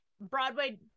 Broadway